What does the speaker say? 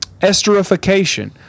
esterification